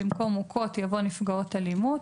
במקום "מוכות" יבוא "נפגעות אלימות".